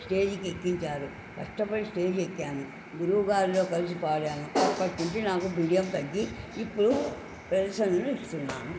stage ఎక్కించారు కష్టపడి stage ఎక్కాను గురువుగాారితో కలిసి పాడాను అప్పటి నుంచి నాకు బిడియం తగ్గి ఇప్పుడు ప్రదర్శనను ఇస్తున్నాను